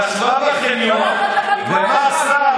היא ישבה בחניון, ומה עשתה?